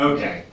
Okay